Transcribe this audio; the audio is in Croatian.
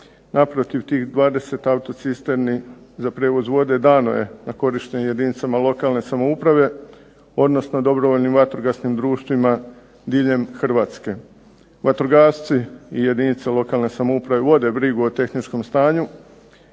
Naprotiv, tih 20 autocisterni za prijevoz vode dano je na korištenje jedinicama lokalne samouprave, odnosno dobrovoljnim vatrogasnim društvima diljem Hrvatske. Vatrogasci i jedinice lokalne samouprave vode brigu o tehničkom stanju,